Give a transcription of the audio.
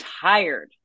tired